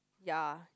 ya